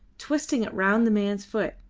twisting it round the man's foot.